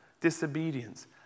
disobedience